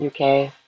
UK